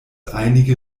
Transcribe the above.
einige